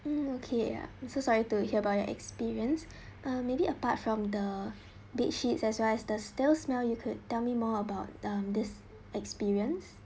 mm okay I'm so sorry to hear about their experience or maybe apart from the bed sheets as well as the stale smell you could tell me more about um this experience